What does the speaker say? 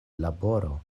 laboro